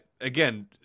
again